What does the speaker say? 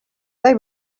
they